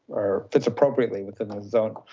are fits appropriately within the zone.